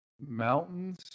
mountains